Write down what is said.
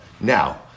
Now